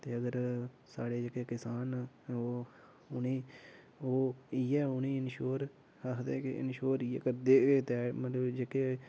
ते अगर साढै़ जेह्के किसान न ओह् उ'नेंगी ओह् इयै उ'नेंगी इन्श्योर आखदे कि इन्श्योर इ'यै करदे कि मतलब जेह्के